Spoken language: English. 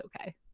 okay